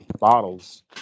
bottles